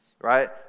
right